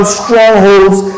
strongholds